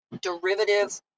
derivative